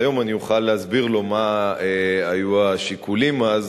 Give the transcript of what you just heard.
אז היום אני אוכל להסביר לו מה היו השיקולים אז,